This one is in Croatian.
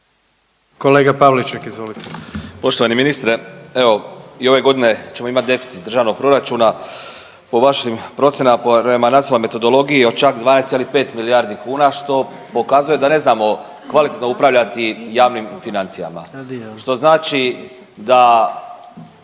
Kolega Pavliček izvolite.